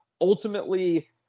ultimately